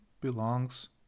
belongs